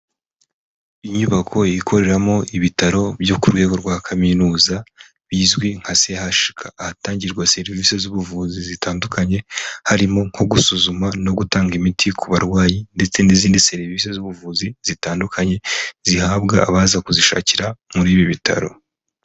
Inyubako ikoreramo ibitaro byo ku rwego rwa kaminuza bizwi nka CHUK, ahatangirwa serivisi z'ubuvuzi zitandukanye, harimo nko gusuzuma no gutanga imiti ku barwayi ndetse n'izindi serivisi z'ubuvuzi zitandukanye, zihabwa abaza kuzishakira muri ibi bitaro.